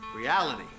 Reality